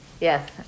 yes